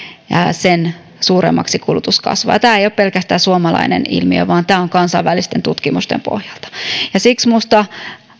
sen suuremmaksi kulutus kasvaa tämä ei ole pelkästään suomalainen ilmiö vaan näin on kansainvälisten tutkimusten pohjalta siksi minusta